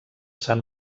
san